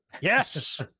Yes